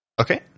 Okay